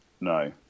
No